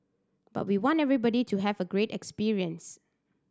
but we want everybody to have a great experience